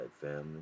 family